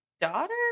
daughter